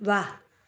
वाह